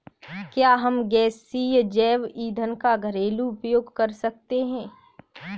क्या हम गैसीय जैव ईंधन का घरेलू उपयोग कर सकते हैं?